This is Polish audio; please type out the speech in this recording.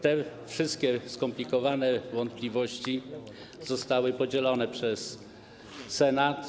Te wszystkie skomplikowane wątpliwości zostały podzielone przez Senat.